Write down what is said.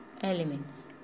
elements